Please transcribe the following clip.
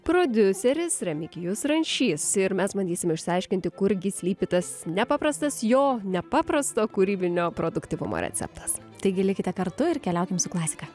prodiuseris remigijus rančys ir mes bandysim išsiaiškinti kurgi slypi tas nepaprastas jo nepaprasto kūrybinio produktyvumo receptas taigi likite kartu ir keliaukim su klasika